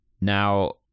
Now